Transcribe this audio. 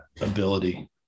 ability